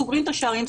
סוגרים את השערים,